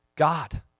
God